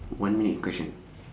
one minute question